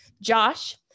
Josh